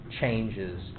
changes